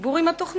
הציבור עם התוכנית